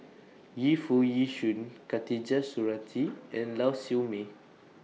Yu Foo Yee Shoon Khatijah Surattee and Lau Siew Mei